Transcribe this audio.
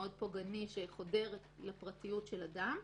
מאוד פוגעני, חודר לפרטיות של אדם,